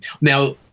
now